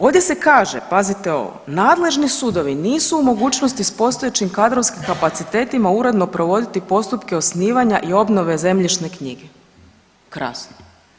Ovdje se kaže, pazite ovo: „Nadležni sudovi nisu u mogućnosti s postojećim kadrovskim kapacitetima uredno provoditi postupke osnivanja i obnove zemljišne knjige.“ Krasno!